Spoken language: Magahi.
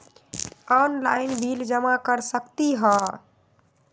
ऑनलाइन बिल जमा कर सकती ह?